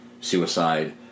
suicide